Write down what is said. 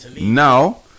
Now